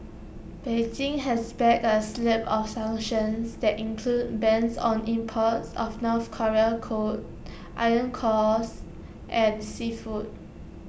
Beijing has backed A slew of sanctions that include bans on imports of north Korean coal iron cores and seafood